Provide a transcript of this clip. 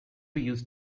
used